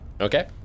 okay